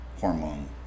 hormone